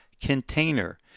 container